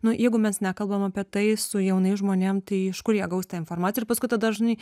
nu jeigu mes nekalbam apie tai su jaunais žmonėm tai iš kur jie gaus tą informaciją ir paskui tada žinai